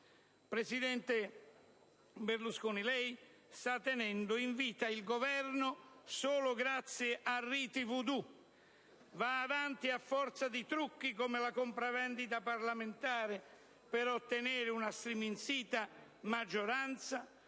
Presidente Berlusconi, lei sta tenendo in vita il Governo solo grazie a riti *voodoo*. Va avanti a forza di trucchi come la compravendita parlamentare per ottenere una striminzita maggioranza,